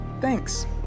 Thanks